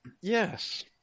yes